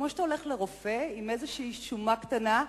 כמו שאתה הולך לרופא עם שומה קטנה,